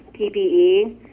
PPE